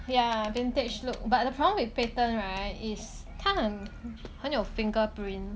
ya vintage look but the problem with patent right is 它很很有 fingerprint